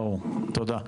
ברור, תודה.